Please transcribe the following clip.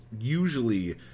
usually